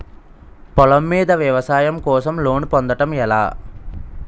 పొలం మీద వ్యవసాయం కోసం లోన్ పొందటం ఎలా?